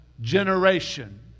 generation